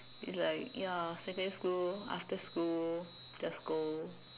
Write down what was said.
it's like ya secondary school after school just go